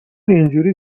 اینجوری